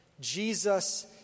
Jesus